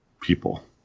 people